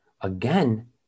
Again